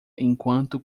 enquanto